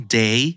day